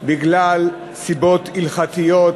מסיבות הלכתיות,